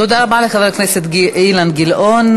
תודה רבה לחבר הכנסת אילן גילאון.